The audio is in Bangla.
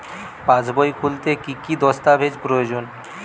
পাসবই খুলতে কি কি দস্তাবেজ প্রয়োজন?